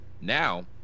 Now